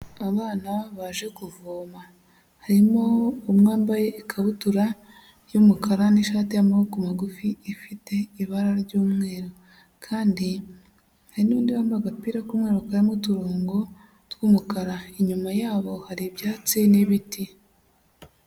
Abana baje kuvoma harimo umwe wambaye ikabutura y'umukara n'ishati y'amaboko magufi ifite ibara ry'umweru kandi hari n'undi wambaye agapira k'umweru karimo uturongo tw'umukara, inyuma yabo hari ibyatsi n'ibiti.